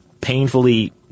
painfully